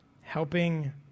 helping